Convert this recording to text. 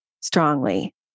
strongly